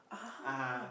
ah